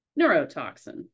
neurotoxin